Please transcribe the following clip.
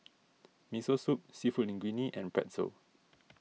Miso Soup Seafood Linguine and Pretzel